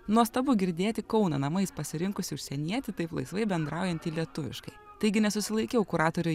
nuostabu girdėti kauną namais pasirinkusį užsienietį taip laisvai bendraujantį lietuviškai taigi nesusilaikiau kuratoriui